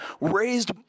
raised